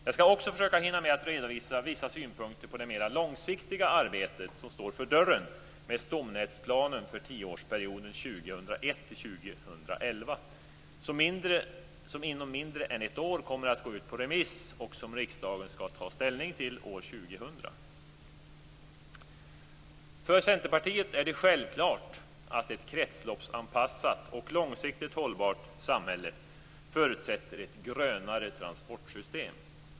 Jag skall också försöka hinna med att redovisa vissa synpunkter på det mera långsiktiga arbete som står för dörren, med stomnätsplanen för tioårsperioden 2001-2011, som inom mindre än ett år kommer att gå ut på remiss och som riksdagen skall ta ställning till år 2000. För Centerpartiet är det självklart att ett kretsloppsanpassat och långsiktigt hållbart samhälle förutsätter ett grönare transportsystem.